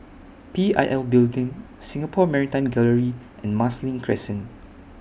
P I L Building Singapore Maritime Gallery and Marsiling Crescent